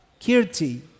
kirti